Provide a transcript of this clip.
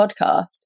podcast